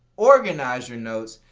organize your notes,